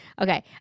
okay